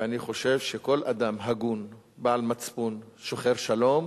אני חושב שכל אדם הגון, בעל מצפון, שוחר שלום,